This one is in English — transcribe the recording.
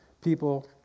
People